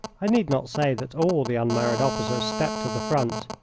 i need not say that all the unmarried officers stepped to the front.